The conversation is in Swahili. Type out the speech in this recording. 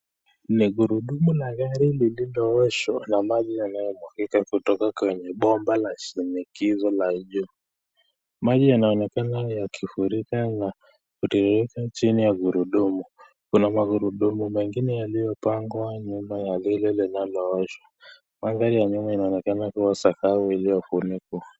Ni gurudumu la gari lililooshwa na maji yanayomwagikwa kutoka kwenye bomba la shinikizo la juu. Maji yanaonekana yakifurika na kutiririkwa chini ya gurudumu. Kuna magurudumu mengine yaliyopangwa nyuma ya gurudumu lile linalooshwa. Madhari yanaonekana kuwa sakafu iliyofunikwa.